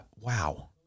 wow